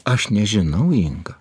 aš nežinau inga